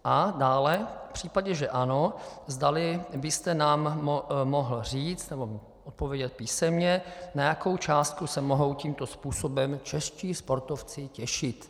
A v případě, že ano, zdali byste nám mohl říct, nebo odpovědět písemně, na jakou částku se mohou tímto způsobem čeští sportovci těšit.